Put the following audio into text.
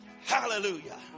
Hallelujah